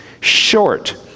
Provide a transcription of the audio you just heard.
short